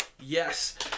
Yes